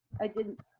i didn't,